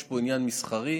יש פה עניין מסחרי,